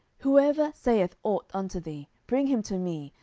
whoever saith ought unto thee, bring him to me,